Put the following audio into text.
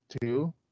two